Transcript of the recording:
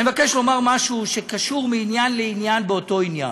אני מבקש לומר משהו שקשור מעניין לעניין באותו עניין.